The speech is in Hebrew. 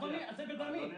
אדוני, זה בדמי.